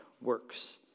works